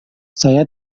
saya